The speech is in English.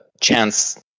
chance